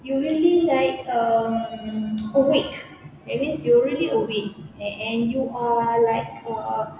you really like um awake that means you're really awake and you are like uh